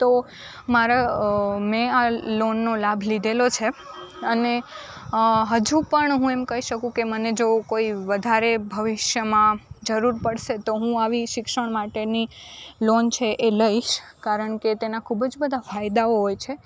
તો મારા મેં આ લોનનો લાભ લીધેલો છે અને હજુ પણ હું એમ કહી શકું કે મને જો કોઈ વધારે ભવિષ્યમાં જરૂર પડશે તો હું આવી શિક્ષણ માટેની લોન છે એ લઈશ કારણ કે તેના ખૂબ જ બધાં ફાયદાઓ હોય છે